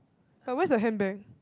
but where's the handbag